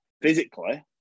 physically